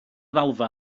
ddalfa